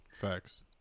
Facts